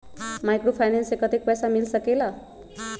Microfinance से कतेक पैसा मिल सकले ला?